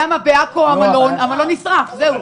בעכו המלון נשרף, זהו.